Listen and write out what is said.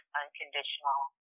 unconditional